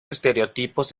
estereotipos